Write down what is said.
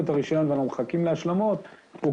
זה חלק מהחוק שהקים את רשות התעופה, זה